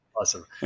awesome